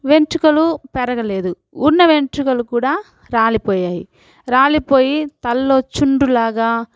వెంట్రుకలు పెరగలేదు ఉన్న వెంట్రుకలు కూడా రాలిపోయాయి రాలిపోయి తల్లో చుండ్రులాగా